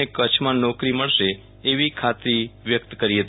ને કચ્છમાં નોકરી મળશે એવી ખાતરી વ્યક્ત કરી હતી